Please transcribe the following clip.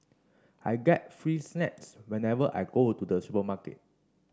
I get free snacks whenever I go to the supermarket